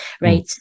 right